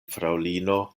fraŭlino